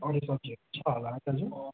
अरू सब्जीहरू छ होला दाजु